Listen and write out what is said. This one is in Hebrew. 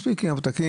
מספיק עם הפתקים.